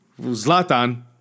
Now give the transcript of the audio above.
Zlatan